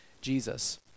Jesus